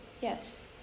yes